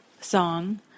song